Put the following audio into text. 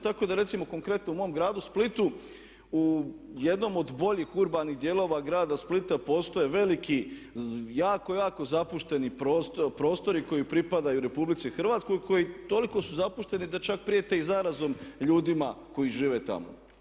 Tako da recimo konkretno u mom gradu Splitu u jednom od boljih urbanih dijelova grada Splita postoje veliki jako, jako zapušteni prostori koji pripadaju RH koji toliko su zapušteni da čak prijete i zarazom ljudima koji žive tamo.